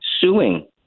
suing